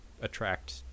attract